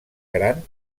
gran